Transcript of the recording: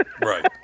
Right